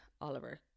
Oliver